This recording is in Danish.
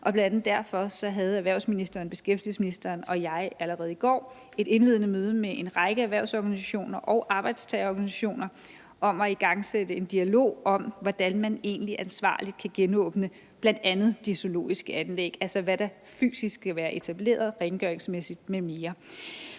derfor havde erhvervsministeren, beskæftigelsesministeren og jeg allerede i går et indledende møde med en række erhvervsorganisationer og arbejdstagerorganisationer om at igangsætte en dialog om, hvordan man egentlig ansvarligt kan genåbne bl.a. de zoologiske anlæg, altså hvad der fysisk skal være etableret rengøringsmæssigt m.m.